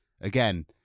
Again